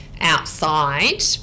outside